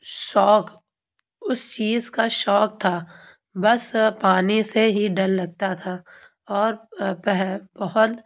شوق اس چیز کا شوق تھا بس پانی سے ہی ڈر لگتا تھا اور بہت